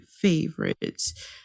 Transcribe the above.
favorites